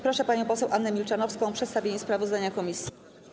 Proszę panią poseł Annę Milczanowską o przedstawienie sprawozdania komisji.